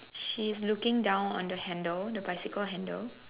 she's looking down on the handle the bicycle handle